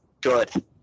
good